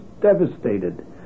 devastated